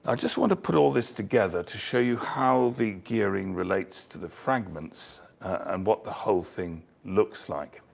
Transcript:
ah just want to put all this together to show you how the gearing relates to the fragments and what the whole thing looks like.